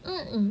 mm mm